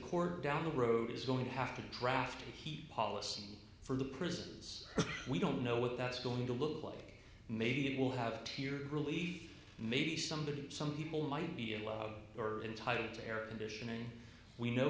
court down the road is going to have to draft he policy for the prisons we don't know what that's going to look like maybe it will have tears relieved maybe somebody some people might be allowed are entitled to air conditioning we know